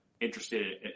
interested